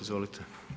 Izvolite.